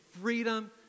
freedom